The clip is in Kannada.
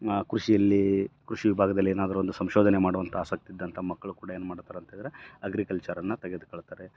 ನಾ ಕೃಷಿಯಲ್ಲಿ ಕೃಷಿ ವಿಭಾಗದಲ್ಲಿ ಏನಾದರು ಒಂದು ಸಂಶೋಧನೆ ಮಾಡುವಂಥ ಆಸಕ್ತಿ ಇದ್ದಂಥ ಮಕ್ಕಳು ಕೂಡ ಏನು ಮಾಡ್ತಾರಂತೇಳಿದರೆ ಅಗ್ರಿಕಲ್ಚರನ್ನ ತೆಗೆದುಕೊಳ್ತಾರೆ